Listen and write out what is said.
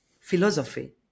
philosophy